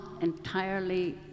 entirely